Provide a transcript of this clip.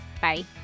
Bye